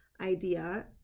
idea